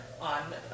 on